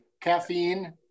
Caffeine